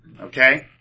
Okay